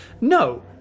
no